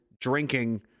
drinking